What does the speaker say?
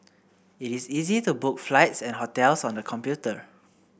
it is easy to book flights and hotels on the computer